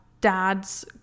dad's